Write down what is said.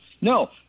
No